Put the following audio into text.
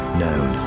known